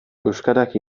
euskarak